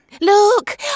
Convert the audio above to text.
Look